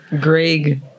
Greg